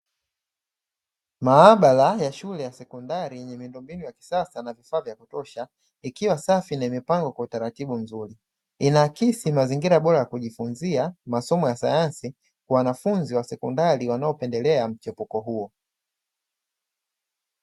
Maabara ya shule ya sekondari yenye miundombinu ya kisasa na vifaa vya kutosha, ikiwa safi na imepangwa kwa utaratibu mzuri, inaakisi mazingira bora ya kujifunza masomo ya sayansi kwa wanafunzi wa sekondari wanao pendelea mchipuko huo.